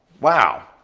wow,